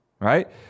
Right